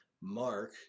Mark